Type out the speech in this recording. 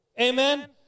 Amen